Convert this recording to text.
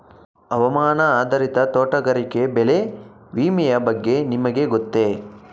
ಹವಾಮಾನ ಆಧಾರಿತ ತೋಟಗಾರಿಕೆ ಬೆಳೆ ವಿಮೆಯ ಬಗ್ಗೆ ನಿಮಗೆ ಗೊತ್ತೇ?